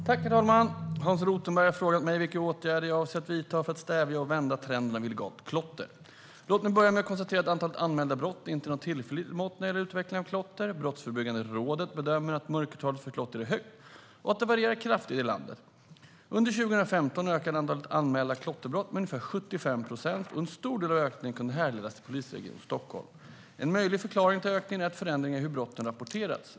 Herr talman! Hans Rothenberg har frågat mig vilka åtgärder jag avser att vidta för att stävja och vända trenden av illegalt klotter. Låt mig börja med att konstatera att antalet anmälda brott inte är något tillförlitligt mått när det gäller utvecklingen av klotter. Brottsförebyggande rådet bedömer att mörkertalet för klotter är högt och att det varierar kraftigt i landet. Under 2015 ökade andelen anmälda klotterbrott med ungefär 75 procent och en stor del av ökningen kunde härledas till Polisregion Stockholm. En möjlig förklaring till ökningen är förändringar i hur brotten rapporterats.